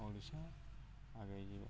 ଓଡ଼ିଶା ଆଗେଇ ଯିବ